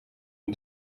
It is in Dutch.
hun